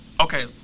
Okay